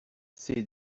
ces